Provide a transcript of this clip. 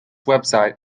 website